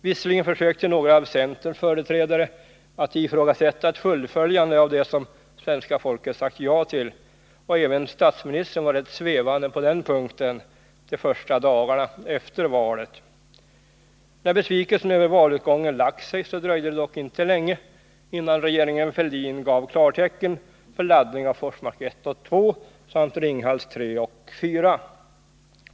Visserligen försökte några av centerns företrädare att ifrågasätta ett fullföljande av det som svenska folket sagt ja till, och även statsministern var rätt svävande på den punkten de första dagarna efter valet. Men när besvikelsen över valutgången lagt sig dröjde det dock inte länge förrän regeringen Fälldin gav klartecken för laddning av Forsmark 1 och 2 samt Ringhals 3 och 4.